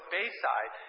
Bayside